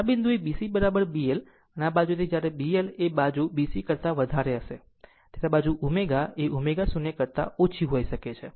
આમ આ બિંદુએ B CB L અને આ બાજુથી જ્યારે B L એ બાજુ B C કરતા વધારે હશે ત્યારે આ બાજુ ω એ ω0 કરતા ઓછી હોઇ શકે છે